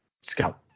Scout